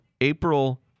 April